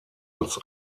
als